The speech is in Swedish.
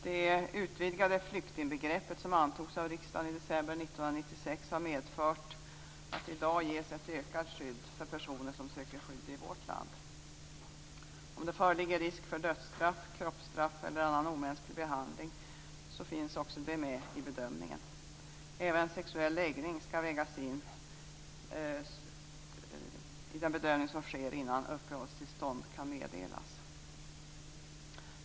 Det utvidgade flyktingbegreppet, som antogs av riksdagen i december 1996, har medfört att det i dag ges ett ökat skydd för personer som söker skydd i vårt land. Eventuell risk för dödsstraff, kroppsstraff eller annan omänsklig behandling finns med i bedömningen. Även sexuell läggning skall vägas in i den bedömning som sker innan uppehållstillstånd kan meddelas.